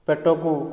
ପେଟକୁ